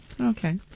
Okay